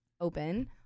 open